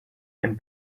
and